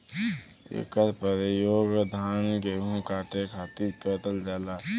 इकर परयोग धान गेहू काटे खातिर करल जाला